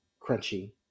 crunchy